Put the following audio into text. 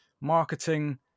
marketing